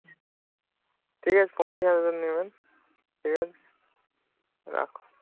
হুম ঠিক আছে পঁচিশ হাজারে নেবেন ঠিক আছে রাখুন